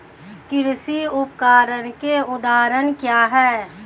कृषि उपकरण के उदाहरण क्या हैं?